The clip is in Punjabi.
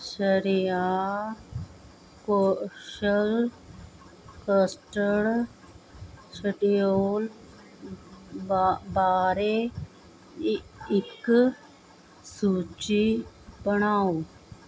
ਸ਼੍ਰੇਆ ਘੋਸ਼ਲ ਕਸਟਡ ਸ਼ਡਿਊਲ ਬਾ ਬਾਰੇ ਇ ਇੱਕ ਸੂਚੀ ਬਣਾਓ